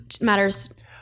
matters